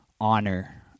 honor